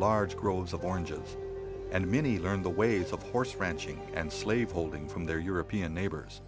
large groves of oranges and many learn the ways of course ranching and slaveholding from their european neighbors